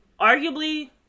arguably